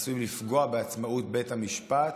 עשויים לפגוע בעצמאות בית המשפט,